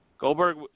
Goldberg